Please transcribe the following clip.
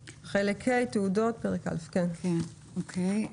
101. סימן א':